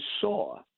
saw